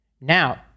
Now